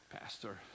Pastor